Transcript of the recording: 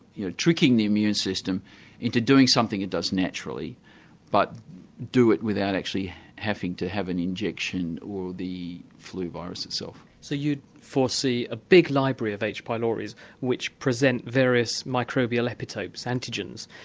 you know tricking the immune system into doing something it does naturally but do it without actually having to have an injection or the flu virus itself. so you foresee a big library of h. pylori which present various microbial epitopes, antigens,